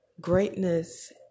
Greatness